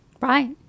Right